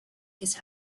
his